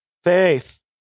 Faith